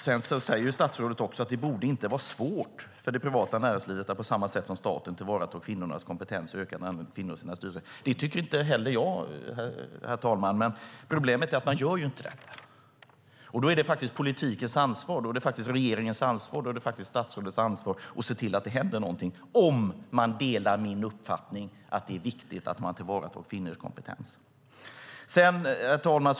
Statsrådet säger också att det inte borde vara svårt för det privata näringslivet att på samma sätt som staten tillvarata kvinnors kompetens och öka andelen kvinnor i sina styrelser. Det tycker inte jag heller, herr talman. Men problemet är att man inte gör detta. Då är det politikens, regeringens och statsrådets ansvar att se till att det händer någonting, om man delar min uppfattning att det är viktigt att man tillvaratar kvinnors kompetens. Herr talman!